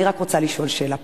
אני רק רוצה לשאול שאלה פשוטה: